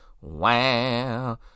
Wow